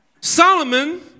Solomon